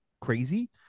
crazy